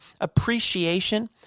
appreciation